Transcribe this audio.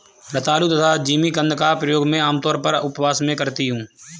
रतालू या जिमीकंद का प्रयोग मैं आमतौर पर उपवास में करती हूँ